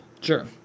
Sure